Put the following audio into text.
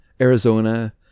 Arizona